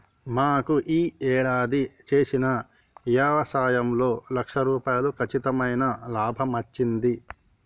మాకు యీ యేడాది చేసిన యవసాయంలో లక్ష రూపాయలు కచ్చితమైన లాభమచ్చింది